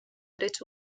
drets